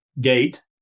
gate